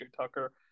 Tucker